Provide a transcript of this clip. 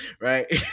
Right